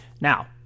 Now